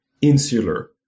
insular